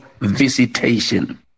Visitation